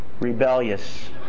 rebellious